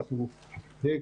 אני רק